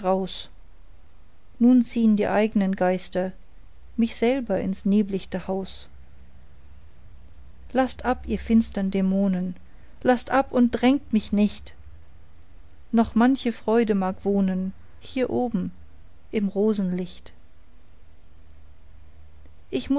nun ziehn die eignen geister mich selber ins neblichte haus laßt ab ihr finstren dämonen laßt ab und drängt mich nicht noch manche freude mag wohnen hier oben im rosenlicht ich